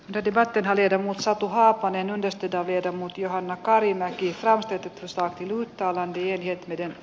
dedicated alicen satu haapanen yhdistetään viedä mut johanna karimäki saastetyttö saa kirjoittaa vaan pienet mikä